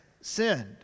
sinned